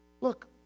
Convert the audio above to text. Look